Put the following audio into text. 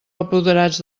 apoderats